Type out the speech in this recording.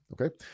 Okay